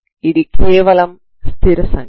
ఇది కేవలం స్థిర సంఖ్య